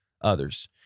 others